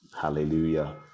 Hallelujah